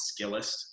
Skillist